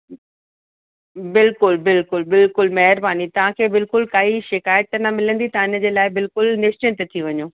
बिल्कुलु बिल्कुलु बिल्कुलु महिरबानी तव्हांखे बिल्कुलु काई शिकाइत न मिलंदी तव्हां इनजे लाइ बिल्कुलु निश्चिंत थी वञो